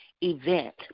event